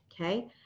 okay